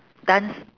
dance